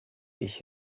ich